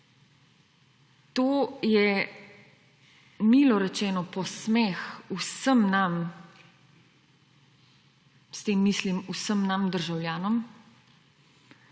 To je milo rečeno posmeh vsem nam, s tem mislim vsem nam državljanom.